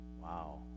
wow